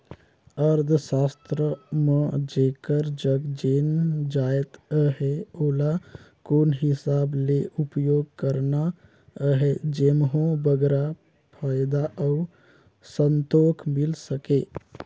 अर्थसास्त्र म जेकर जग जेन जाएत अहे ओला कोन हिसाब ले उपयोग करना अहे जेम्हो बगरा फयदा अउ संतोक मिल सके